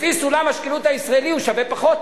לפי סולם השקילות הישראלי הוא שווה פחות.